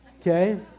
okay